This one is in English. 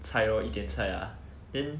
菜 lor 一点菜啦 then